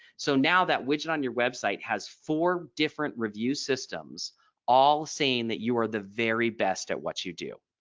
so now that widget on your website has four different review systems all saying that you are the very best at what you do.